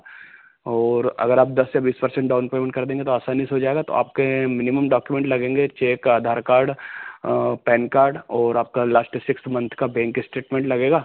और अगर आप दस से बीस परसेंट डाउन पेमेंट कर देंगे तो आसानी से हो जाएगा तो आपके मिनिमम डाक्यूमेंट लगेंगे cheque Aadhaar card PAN card ओर आपका लास्ट सिक्स मन्थ का बेंक इस्टेटमेंट लगेगा